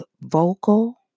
vocal